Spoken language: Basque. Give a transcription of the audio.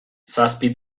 zazpi